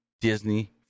Disney